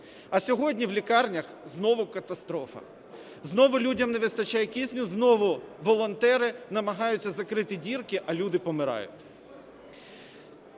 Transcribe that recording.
А сьогодні в лікарнях знову катастрофа, знову людям не вистачає кисню, знову волонтери намагаються закрити дірки, а люди помирають.